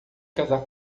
casar